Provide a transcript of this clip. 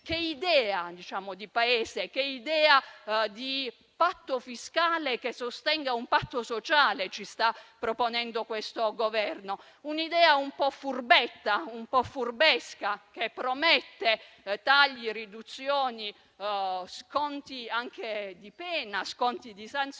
che idea di Paese, che idea di patto fiscale che sostenga un patto sociale ci sta proponendo questo Governo. È un'idea un po' furbetta, un po' furbesca che promette tagli e riduzioni o sconti anche di sanzioni,